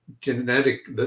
genetic